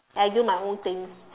and do my own thing